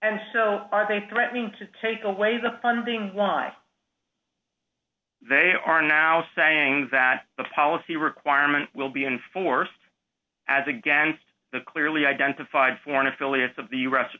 and so are they threatening to take away the funding they are now saying that the policy requirement will be enforced as against the clearly identified for an affiliate of the